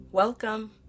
Welcome